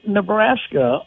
Nebraska